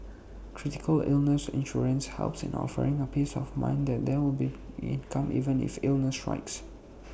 critical illness insurance helps in offering A peace of mind that there will be income even if illnesses strikes